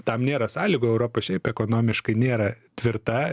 tam nėra sąlygų europa šiaip ekonomiškai nėra tvirta